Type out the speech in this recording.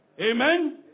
amen